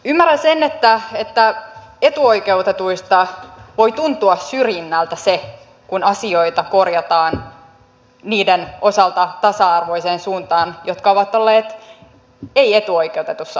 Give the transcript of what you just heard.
ymmärrän sen että etuoikeutetuista voi tuntua syrjinnältä se kun asioita korjataan tasa arvoiseen suuntaan niiden osalta jotka ovat olleet ei etuoikeutetussa asemassa